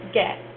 get